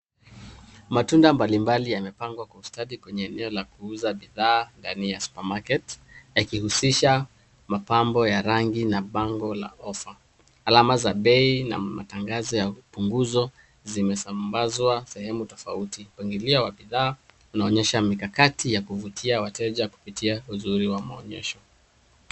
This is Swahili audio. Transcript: Matunda mbalimbali yamepangwa kwa ustadi kwenye eneo la kuuza bidhaa ndani ya supermarket yakihusisha mapambo ya rangi na bango la offer alama za bei na matangazo ya upunguzo zimesambazwa sehemu tofauti mpangailio wa bidhaa unaonyesha mikakati ya kuvutia wateja kupitia uzuri wa maonyesho.